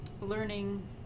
learning